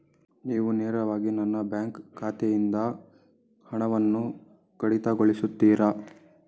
ನೀವು ನೇರವಾಗಿ ನನ್ನ ಬ್ಯಾಂಕ್ ಖಾತೆಯಿಂದ ಹಣವನ್ನು ಕಡಿತಗೊಳಿಸುತ್ತೀರಾ?